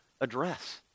address